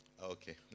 okay